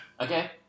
Okay